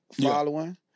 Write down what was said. following